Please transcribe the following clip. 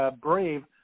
brave